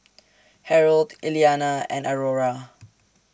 Harold Iliana and Aurora